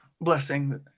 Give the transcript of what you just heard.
blessing